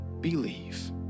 believe